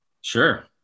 sure